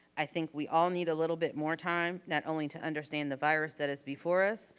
i think we all need a little bit more time. not only to understand the virus that is before us,